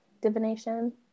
divination